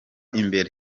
imbere